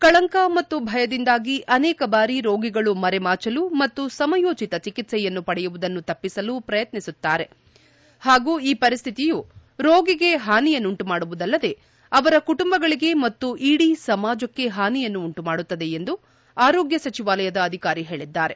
ಕಳಂಕ ಮತ್ತು ಭಯದಿಂದಾಗಿ ಅನೇಕ ಬಾರಿ ರೋಗಿಗಳು ಮರೆಮಾಚಲು ಮತ್ತು ಸಮಯೋಚಿತ ಚಿಕಿತ್ಸೆಯನ್ನು ಪಡೆಯುವುದನ್ನು ತಪ್ಪಸಲು ಪ್ರಯತ್ನಿಸುತ್ತಾರೆ ಹಾಗೂ ಈ ಪರಿಸ್ಥಿತಿಯು ರೋಗಿಗೆ ಹಾನಿಯನ್ನುಂಟುಮಾಡುವುದಲ್ಲದೆ ಅವರ ಕುಟುಂಬಗಳಿಗೆ ಮತ್ತು ಇಡೀ ಸಮಾಜಕ್ಕೆ ಹಾನಿಯನ್ನು ಉಂಟು ಮಾಡುತ್ತದೆ ಎಂದು ಆರೋಗ್ಗ ಸಚಿವಾಲಯದ ಅಧಿಕಾರಿ ಹೇಳಿದ್ದಾರೆ